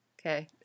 okay